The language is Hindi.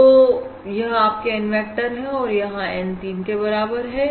तो यह आपके N वेक्टर है और 3 के बराबर है